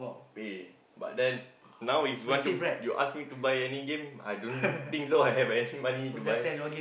pay but then now if want to if you ask me to buy any game I don't think so I have any money to buy